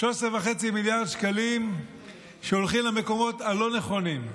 13.5 מיליארד שקלים שהולכים למקומות הלא-נכונים,